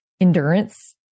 endurance